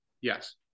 Yes